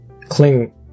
cling